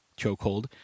chokehold